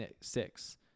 six